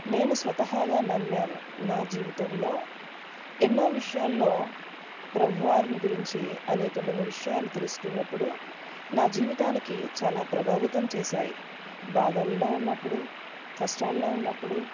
నేను స్వతహాగా నమ్మాను నా జీవితంలో ఎన్నో విషయాల్లో ప్రభువారిని గురించి అనేకమైన విషయాలు తెలుసుకున్నప్పుడు నా జీవితానికి చాలా ప్రభావితం చేసాయి బాధల్లో ఉన్నప్పుడు కష్టాల్లో ఉన్నప్పుడు